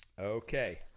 okay